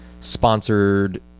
sponsored